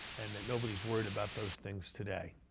and that nobody's worried about those things today.